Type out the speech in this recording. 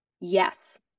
Yes